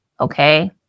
okay